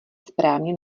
správně